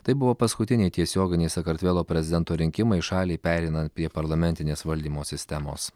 tai buvo paskutiniai tiesioginiai sakartvelo prezidento rinkimai šaliai pereinant prie parlamentinės valdymo sistemos